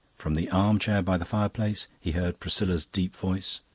from the arm-chair by the fireplace he heard priscilla's deep voice.